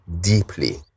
deeply